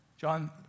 John